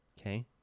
Okay